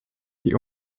die